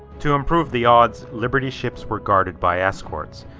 to improve the odds, liberty ships were guarded by escorts.